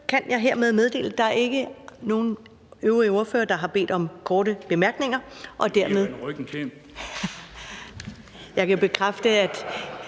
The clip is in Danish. kan jeg hermed meddele, at der ikke er nogen øvrige ordførere, der har bedt om korte bemærkninger (Bent Bøgsted